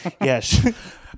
Yes